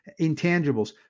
intangibles